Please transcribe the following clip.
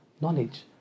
knowledge